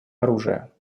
оружия